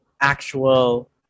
actual